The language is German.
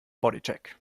bodycheck